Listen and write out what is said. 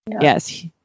Yes